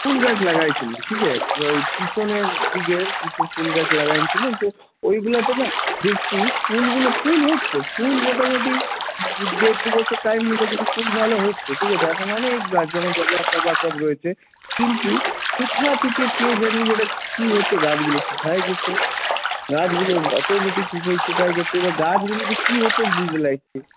ফুলগাছ লাগিয়েছিলাম ঠিক আছে ওই পিছনের দিকের কিছু ফুল গাছ লাগিয়েছিলাম তো ওইগুলোতে না দেখছি ফুলগুলো ফুল হচ্ছে ফুল মোটামোটি দেড় দু বছর টাইম নিল কিন্তু ফুল ভালো হচ্ছে ঠিক আছে এখন অনেক গাছ যেমন জবা ফবা সব রয়েছে কিন্তু কোথা থেকে কি জানি বেটা কি হচ্ছে গাছগুলো শুকিয়ে যাচ্ছে গাছগুলো অটোমেটিক শুকিয়ে শুকিয়ে যাচ্ছে এবার গাছগুলোতে কী হচ্ছে আমি বুঝতে চাইছি